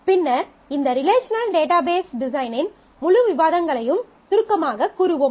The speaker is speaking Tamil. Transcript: பின்னர் இந்த ரிலேஷனல் டேட்டாபேஸ் டிசைனின் முழு விவாதங்களையும் சுருக்கமாகக் கூறுவோம்